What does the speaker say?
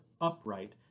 upright